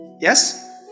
Yes